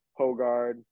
Hogard